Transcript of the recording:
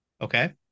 Okay